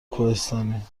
کوهستانی